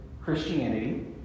Christianity